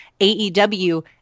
AEW